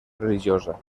religiosa